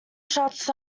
shorts